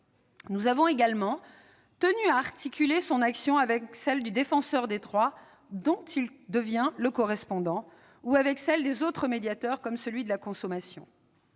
Nous avons également tenu à articuler son action avec celle du Défenseur des droits, dont il devient le correspondant, ou avec celle des autres médiateurs, comme celui de la consommation.